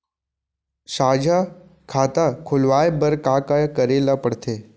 साझा खाता खोलवाये बर का का करे ल पढ़थे?